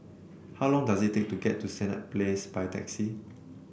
how long does it take to get to Senett Place by taxi